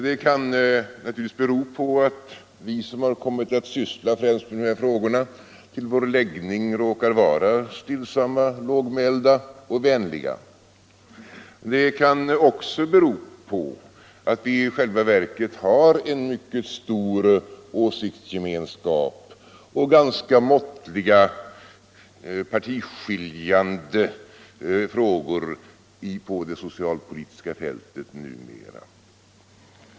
Det kan naturligtvis bero på att vi som kommit att syssla med främst dessa frågor till vår läggning råkar vara stillsamma, lågmälda och vänliga. Det kan också bero på att vi i själva verket har en mycket stor åsiktsgemenskap och ganska måttliga partiskiljande frågor på det socialpolitiska fältet numera.